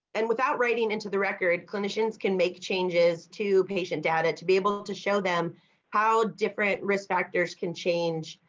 and without writing into the record clinicians can make changes to patient data to be able to show them how different risk factors can change.